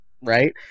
right